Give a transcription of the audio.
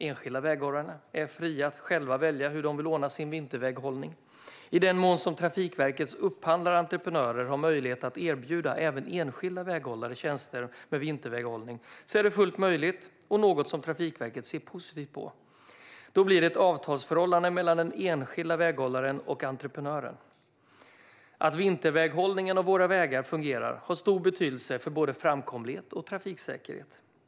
Enskilda väghållare är fria att själva välja hur de vill anordna sin vinterväghållning. I den mån som Trafikverkets upphandlade entreprenörer har möjlighet att erbjuda även enskilda väghållare tjänster med vinterväghållning är detta fullt möjligt och något som Trafikverket ser positivt på. Det blir då ett avtalsförhållande mellan den enskilda väghållaren och entreprenören. Att vinterväghållningen av våra vägar fungerar har stor betydelse för både framkomlighet och trafiksäkerhet.